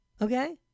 Okay